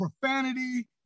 profanity